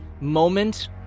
moment